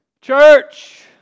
Church